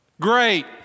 great